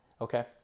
Okay